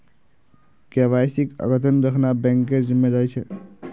केवाईसीक अद्यतन रखना बैंकेर जिम्मेदारी छे